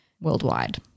worldwide